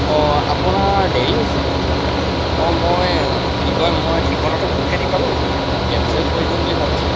অ' আপোনাৰ দেৰি হৈছে অ' মই কি কয় মই ঠিকনাটো ভুলকৈ দি পালো এতিয়া মই কেঞ্চেল কৰি দিওঁ বুলি ভাবিছোঁ